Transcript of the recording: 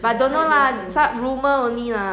!aiya!